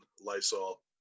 Lysol